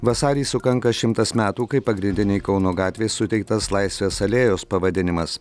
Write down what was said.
vasarį sukanka šimtas metų kai pagrindinei kauno gatvei suteiktas laisvės alėjos pavadinimas